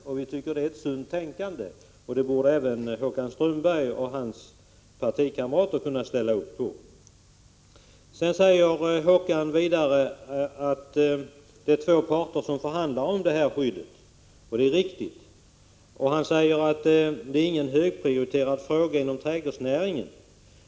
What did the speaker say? Vi tycker att detta är ett sunt tänkande, och det borde även Håkan Strömberg och hans partikamrater kunna ställa upp på. Håkan Strömberg påpekar att det är två parter som förhandlar om detta skydd, och det är ju riktigt. Han säger vidare att detta inte är någon högprioriterad fråga inom trädgårdsnäringen.